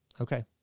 okay